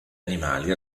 animali